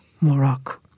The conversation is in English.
Morocco